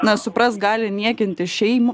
na suprask gali niekinti šeim